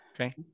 okay